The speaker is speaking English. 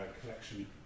collection